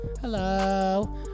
hello